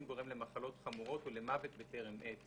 גורם למחלות חמורות ולמוות בטרם עת".